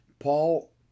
Paul